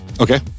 okay